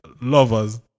lovers